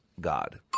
God